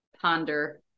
ponder